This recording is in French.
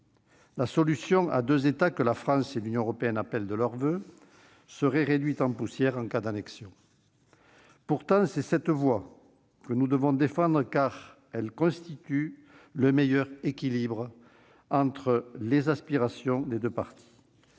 La solution à deux États, que la France et l'Union européenne appellent de leurs voeux, serait réduite en poussière en cas d'annexion. Pourtant, c'est cette voie que nous devons défendre, car elle constitue le meilleur équilibre entre les aspirations des deux parties.